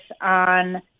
on